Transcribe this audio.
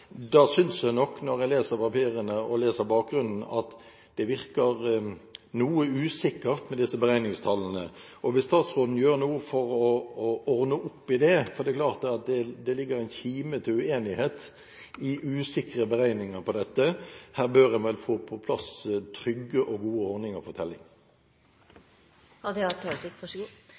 Da synes jeg nok, når jeg leser papirene og leser bakgrunnen, at det virker noe usikkert med disse beregningstallene. Kunne statsråden gjøre noe for å ordne opp i det? Det er klart at det ligger en kime til uenighet i usikre beregninger på dette. Her bør en vel få på plass trygge og gode ordninger for telling. Eg er einig i at me treng trygge, gode berekningsmåtar for dette, og